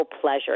pleasure